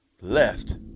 left